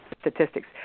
statistics